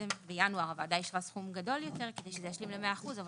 בינואר הוועדה אישרה סכום גדול יותר כדי שזה ישלים ל-100% אבל